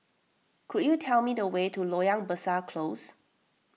could you tell me the way to Loyang Besar Close